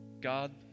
God